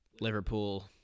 Liverpool